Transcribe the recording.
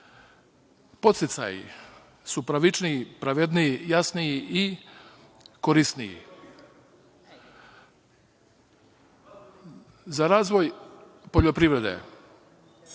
Podsticaji su pravičniji, pravedniji, jasniji i korisniji. Za razvoj poljoprivrede,